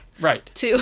Right